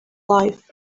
life